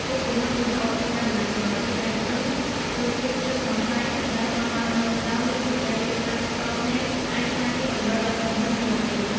ឧទាហរណ៍វីដេអូពីកាមេរ៉ាសុវត្ថិភាពឯកជន រូបភាពជនសង្ស័យ ដែលថតបានដោយចៃដន្យ ឬសេចក្តីរាយការណ៍ផ្ទាល់ភ្នែក អាចក្លាយជាតម្រុយដ៏សំខាន់សម្រាប់ប៉ូលិស។